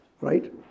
right